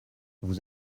vous